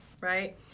right